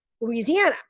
Louisiana